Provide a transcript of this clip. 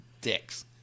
dicks